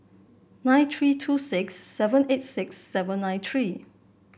nine three two six seven eight six seven nine three